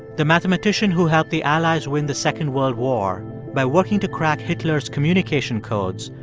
the mathematician who helped the allies win the second world war by working to crack hitler's communication codes,